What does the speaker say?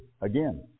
Again